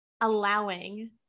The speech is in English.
allowing